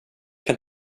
kan